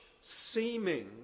seeming